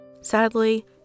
Sadly